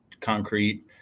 concrete